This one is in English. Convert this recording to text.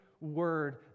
word